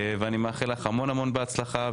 אני מאחל המון-המון בהצלחה,